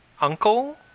uncle